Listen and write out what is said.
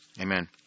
Amen